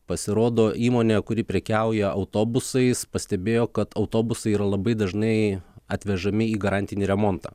pasirodo įmonė kuri prekiauja autobusais pastebėjo kad autobusai yra labai dažnai atvežami į garantinį remontą